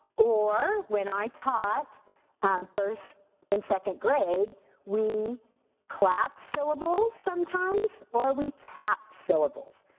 or when i taught first and second grade we clapped syllables sometimes or we tapped syllables.